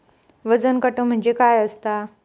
वजन काटो म्हणजे काय असता?